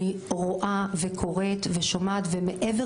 אני רואה וקוראת ושומעת, ומעבר